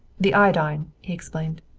the iodine, he explained.